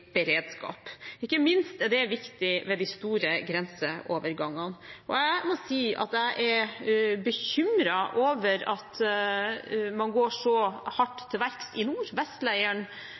beredskap. Ikke minst er det viktig ved de store grenseovergangene. Jeg må si at jeg er bekymret over at man går så hardt til verks i nord.